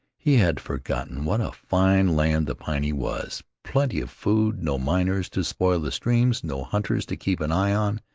he had forgotten what a fine land the piney was plenty of food, no miners to spoil the streams, no hunters to keep an eye on,